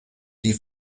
die